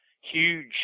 huge